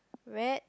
red